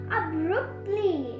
abruptly